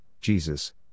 Jesus